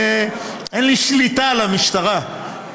ואין לי שליטה על המשטרה.